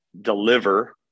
deliver